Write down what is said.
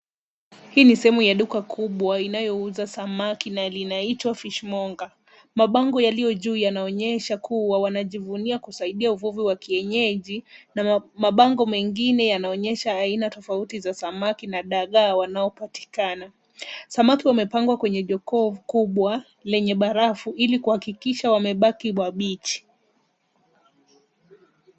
Hii ni sehemu ya duka kubwa inayouza samaki na linaitwa fish monger .Mapango yaliyo juu yanaonyesha kuwa wanajivunia kusaidia uvuvi wa kienyeji, mapango mengine yanaonyesha aina tofauti za samaki na dagaa wanaopatikana. Samaki wamepangwa kwenye jokovu kubwa lenye barafu ili kuhakikisha wamebaki bwabichi.